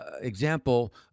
example